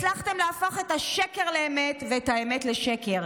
הצלחתם להפוך את השקר לאמת ואת האמת לשקר.